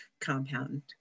compound